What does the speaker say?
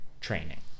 training